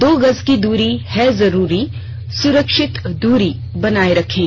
दो गज की दूरी है जरूरी सुरक्षित दूरी बनाए रखें